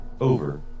Over